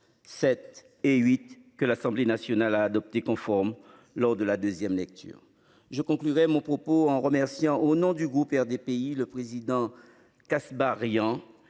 7 et 8 que l'Assemblée nationale a adopté conforme lors de la deuxième lecture je conclurai mon propos en remerciant au nom du groupe RDPI le président Kasbarian